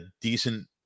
decent